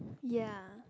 ya